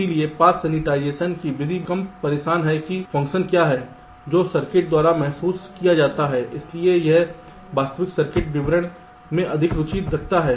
इसलिए path sanitisation की विधि बहुत कम परेशान है कि फ़ंक्शन क्या है जो सर्किट द्वारा महसूस किया जाता है लेकिन यह वास्तविक सर्किट विवरण में अधिक रुचि रखता है